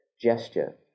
gesture